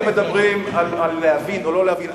אתם מדברים על להבין או לא להבין.